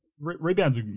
rebounds